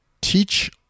teach